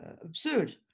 absurd